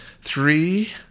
three –